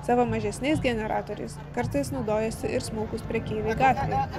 savo mažesniais generatoriais kartais naudojasi ir smulkūs prekeiviai gatvėje